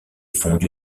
fonde